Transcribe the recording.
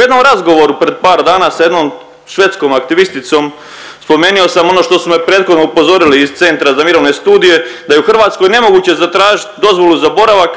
U jednom razgovoru pred par dana s jednom švedskom aktivisticom spomenio sam ono što su me prethodno upozorili iz Centra za mirovne studije da je u Hrvatskoj nemoguće zatražiti dozvolu za boravak